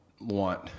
want